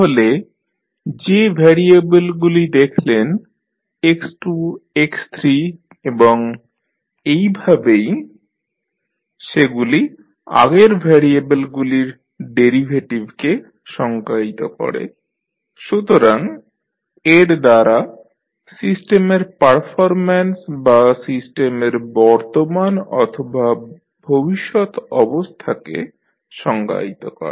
তাহলে যে ভ্যারিয়েবলগুলি দেখলেন x2 x3 এবং এইভাবেই সেগুলি আগের ভ্যারিয়েবলগুলির ডেরিভেটিভকে সংজ্ঞায়িত করে সুতরাং এর দ্বারা সিস্টেমের পারফরম্যান্স বা সিস্টেমের বর্তমান অথবা ভবিষ্যৎ অবস্থাকে সংজ্ঞায়িত করে